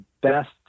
best